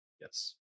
Yes